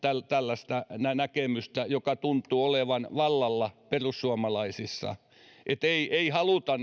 tällaista näkemystä joka tuntuu olevan vallalla perussuomalaisissa että ei haluta